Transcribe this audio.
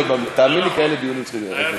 תאמין לי, כאלה דיונים צריכים להיות.